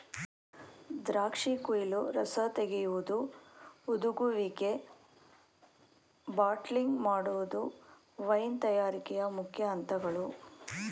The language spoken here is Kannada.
ದ್ರಾಕ್ಷಿ ಕುಯಿಲು, ರಸ ತೆಗೆಯುವುದು, ಹುದುಗುವಿಕೆ, ಬಾಟ್ಲಿಂಗ್ ಮಾಡುವುದು ವೈನ್ ತಯಾರಿಕೆಯ ಮುಖ್ಯ ಅಂತಗಳು